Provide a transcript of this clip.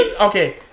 Okay